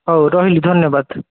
ହଉ ରହିଲି ଧନ୍ୟବାଦ